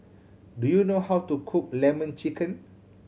do you know how to cook Lemon Chicken